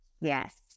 Yes